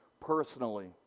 personally